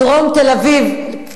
דרום תל-אביב,